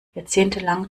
jahrzehntelang